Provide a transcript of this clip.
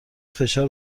فشار